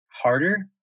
Harder